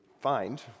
find